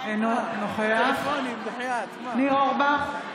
אינו נוכח ניר אורבך,